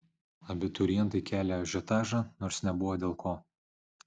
abiturientai kelią ažiotažą nors nebuvo dėl ko